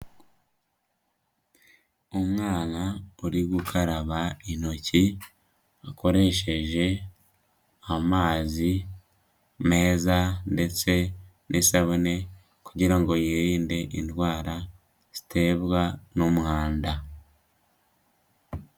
Umwana uri gukaraba intoki, akoresheje amazi, meza ndetse n'isabune, kugira ngo yirinde indwara, zitebwa n'umwanda.